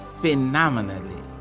phenomenally